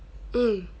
mm